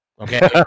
okay